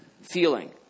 feeling